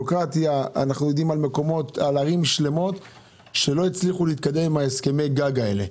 אנחנו יודעים על ערים שלא הצליחו להתקדם עם הסכמי הגג האלה.